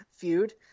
feud